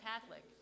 Catholic